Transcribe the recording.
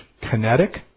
kinetic